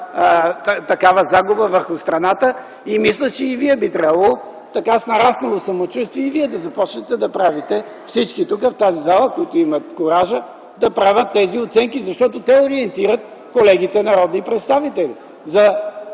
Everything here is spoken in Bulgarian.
такава загуба върху страната и мисля, че и Вие би трябвало – с нараснало самочувствие, и вие да започнете да правите, всички тук в тази зала, които имат куража, да правят тези оценки, защото те ориентират колегите народни представители